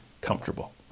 Comfortable